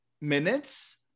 minutes